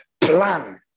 plan